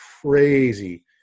crazy